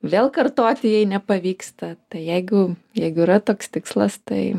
vėl kartoti jei nepavyksta tai jeigu jeigu yra toks tikslas tai